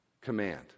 command